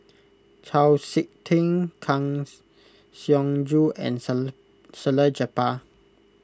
Chau Sik Ting Kang Siong Joo and Salleh Japar